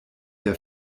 der